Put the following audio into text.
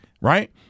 Right